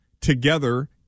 together